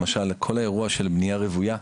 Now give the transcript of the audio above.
למשל, כל האירוע של בנייה רוויה,